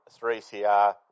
3CR